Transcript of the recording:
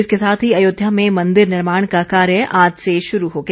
इसके साथ ही अयोध्या में मन्दिर निर्माण का कार्य आज से शुरू हो गया